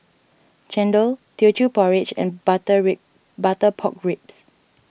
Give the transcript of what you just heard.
Chendol Teochew Porridge and Butter Rib Butter Pork Ribs